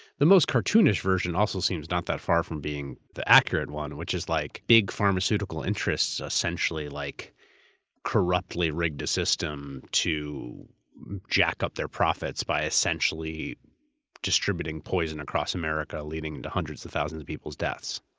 the most cartoonish version also seems not that far from being the accurate one, which is like big pharmaceutical interests essentially like corruptly rigged a system to jack up their profits by essentially distributing poison across america leading to hundreds of thousands of people's deaths.